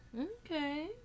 Okay